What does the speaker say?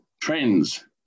trends